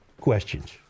questions